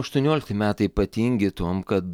aštuoniolikti metai ypatingi tom kad